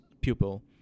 pupil